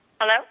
Hello